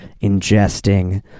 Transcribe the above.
ingesting